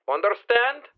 Understand